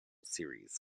series